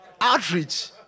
Outreach